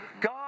God